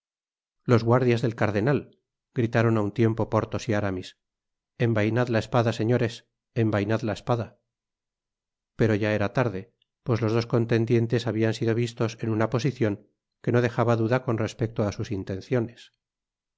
los guardias del cardenal gritaron á un tiempo porthos y aramis envainad la espada señores envainad la espada pero ya era tarde pues los dos contendientes habian sido vistos en una posicion que no dejaba duda con respecto á sus intenciones